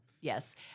Yes